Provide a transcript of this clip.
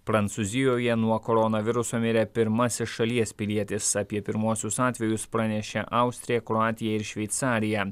prancūzijoje nuo koronaviruso mirė pirmasis šalies pilietis apie pirmuosius atvejus pranešė austrija kroatija ir šveicarija